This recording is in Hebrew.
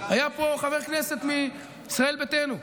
היה פעם חבר כנסת מישראל ביתנו,